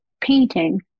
painting